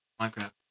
Minecraft